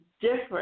different